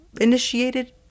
initiated